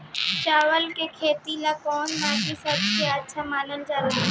चावल के खेती ला कौन माटी सबसे अच्छा मानल जला?